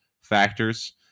factors